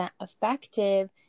effective